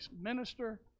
minister